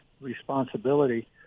responsibility